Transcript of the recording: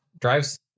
drives